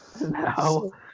No